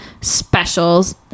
specials